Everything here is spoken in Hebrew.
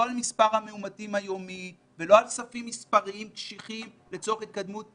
לא על מספר המאומתים היומי ולא על ספים מספריים קשיחים לצורך התקדמות,